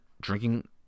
drinking